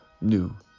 new